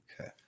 okay